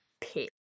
pit